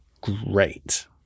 great